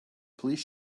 please